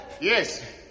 Yes